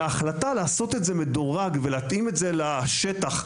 ההחלטה לעשות את זה מדורג ולהתאים את זה לשטח,